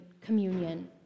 communion